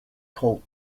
colton